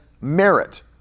merit